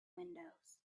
windows